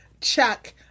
Chuck